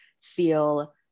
feel